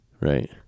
Right